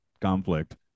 conflict